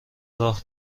راه